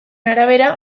arabera